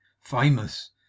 famous